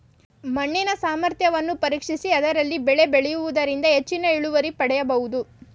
ಮಣ್ಣಿನ ಸಾಮರ್ಥ್ಯವನ್ನು ಪರೀಕ್ಷಿಸಿ ಅದರಲ್ಲಿ ಬೆಳೆ ಬೆಳೆಯೂದರಿಂದ ಹೆಚ್ಚಿನ ಇಳುವರಿ ಪಡೆಯಬೋದು